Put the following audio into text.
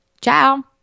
Ciao